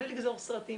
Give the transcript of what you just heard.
בלי לגזור סרטים,